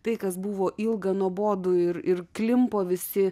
tai kas buvo ilga nuobodu ir ir klimpo visi